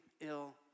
ill